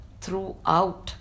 throughout